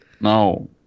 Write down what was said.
No